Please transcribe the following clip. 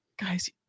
guys